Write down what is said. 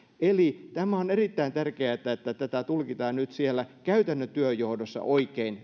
eli on erittäin tärkeätä että tätä pykälää tulkitaan nyt siellä käytännön työnjohdossa oikein